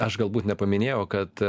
aš galbūt nepaminėjau kad